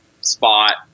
spot